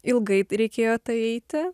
ilgai reikėjo tai eiti